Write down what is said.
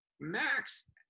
Max